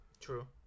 True